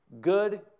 good